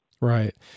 Right